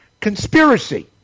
conspiracy